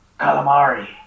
calamari